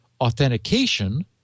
authentication